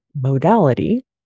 modality